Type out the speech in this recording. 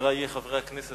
חברי חברי הכנסת,